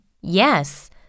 Yes